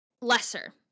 Lesser